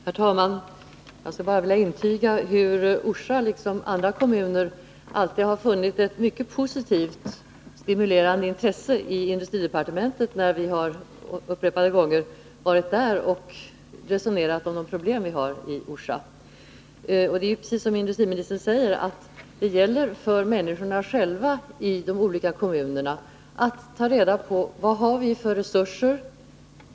Herr talman! Jag skulle bara vilja intyga hur företrädare för Orsa kommun —- liksom säkert också andra kommuners företrädare — alltid har funnit ett mycket positivt och stimulerande intresse i industridepartementet, när vi upprepade gånger varit där och resonerat om våra problem. Det är precis så som industriministern säger, att det gäller för människorna själva i de olika kommunerna att ta reda på de egna möjligheterna. Man måste fråga sig: Vad har vi för resurser?